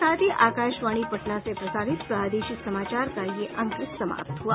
इसके साथ ही आकाशवाणी पटना से प्रसारित प्रादेशिक समाचार का ये अंक समाप्त हुआ